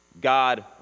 God